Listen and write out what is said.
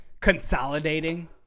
consolidating